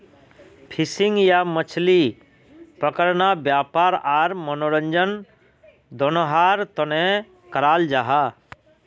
fishing या मछली पकड़ना वयापार आर मनोरंजन दनोहरार तने कराल जाहा